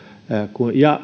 ja